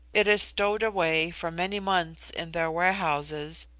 it is stowed away for many months in their warehouses,